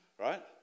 Right